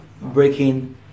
breaking